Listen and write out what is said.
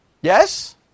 Yes